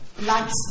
likes